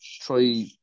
try